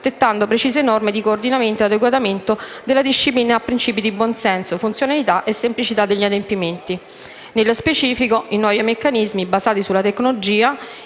dettando precise norme di coordinamento ed adeguamento della disciplina a principi di buon senso, funzionalità e semplicità degli adempimenti. Nello specifico, i nuovi meccanismi procedimentali basati sulla tecnologia,